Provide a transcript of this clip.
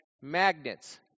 magnets